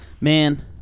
Man